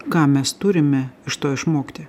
ką mes turime iš to išmokti